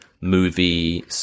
movie